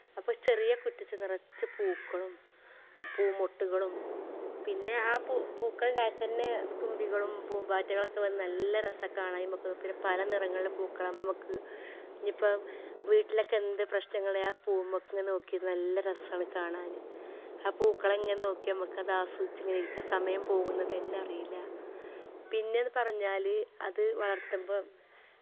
അപ്പോൾ ചെറിയ കുറ്റിച്ചു നിറച്ചു പൂക്കളും പൂ മൊട്ടുകളും പിന്നെ ആ പൂക്കൾ ഉണ്ടായാൽ തന്നെ തുംബികളും പൂംബാറ്റകളൊക്കെ വന്നു നല്ല രസാ കാണാൻ നമുക്കു പിന്നെ പല നിറങ്ങളിൽ പൂക്കൾ ആകുമ്പോൾ നമുക്ക് ഞിപ്പോൾ വീട്ടിലൊക്കെ എന്തു പ്രേശ്നങ്ങൾ ആ പൂമ്മു നോക്കി ഇരുന്നാൽ നല്ല രസമാണ് കാണാൻ ആ പൂക്കൾ നോക്കി നമുക്ക് ആസ്വദിച്ചിരിക്കാം സമയം പോകുന്നത് തന്നെ അറിയില്ല പിന്നെ ഇതു പറഞ്ഞാൽ അത് വളർത്തുമ്പോൾ